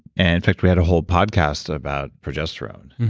and in fact, we had a whole podcast about progesterone.